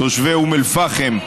תושבי אום אל-פחם,